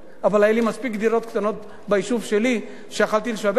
אבל היו לי ביישוב שלי מספיק דירות קטנות שיכולתי לשווק אותן.